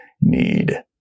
need